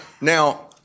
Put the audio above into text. Now